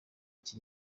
iki